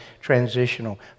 transitional